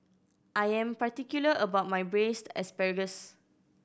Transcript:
I am particular about my Braised Asparagus